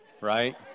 Right